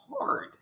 hard